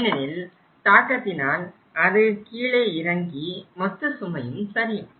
ஏனெனில் தாக்கத்தினால் அது கீழே இறங்கி மொத்த சுமையும் சரியும்